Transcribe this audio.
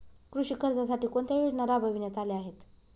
कृषी कर्जासाठी कोणत्या योजना राबविण्यात आल्या आहेत?